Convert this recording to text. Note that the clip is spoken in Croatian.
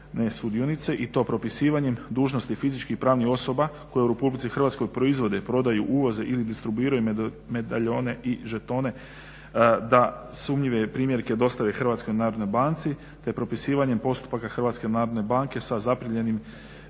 nesudionice i to propisivanje dužnosti fizičkih i pravnih osoba koje u Republici Hrvatskoj proizvode prodaju uvoza ili distribuiraj medaljone i žetone da sumnjive primjerke dostave Hrvatskoj narodnoj banci te propisivanjem postupaka Hrvatske narodne banke sa zaprimljenim